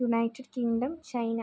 United Kingdom China